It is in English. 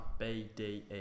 BDE